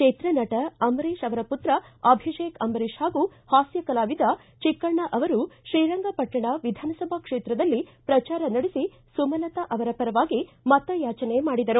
ಚಿತ್ರನಟ ಅಂಬರೀಶ್ ಅವರ ಪುತ್ರ ಅಭಿಷೇಕ್ ಅಂಬರೀಶ್ ಹಾಗೂ ಹಾಸ್ಯಕಲಾವಿದ ಚಿಕ್ಕಣ್ಣ ಅವರು ಶ್ರೀರಂಗಪಟ್ಟಣ ವಿಧಾನಸಭಾ ಕ್ಷೇತ್ರದಲ್ಲಿ ಪ್ರಚಾರ ನಡೆಸಿ ಸುಮಲತಾ ಅವರ ಪರವಾಗಿ ಮತಯಾಚನೆ ಮಾಡಿದರು